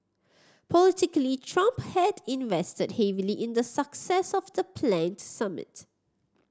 politically Trump had invested heavily in the success of the planned summit